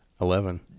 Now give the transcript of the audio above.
Eleven